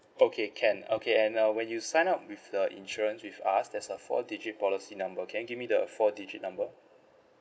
okay can okay and uh when you sign up with the insurance with us there's a four digit policy number can you give me the four digit number